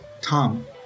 Tom